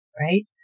right